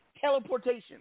Teleportation